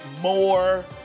more